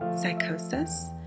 psychosis